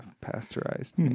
Pasteurized